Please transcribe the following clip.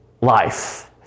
life